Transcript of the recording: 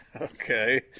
okay